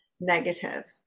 negative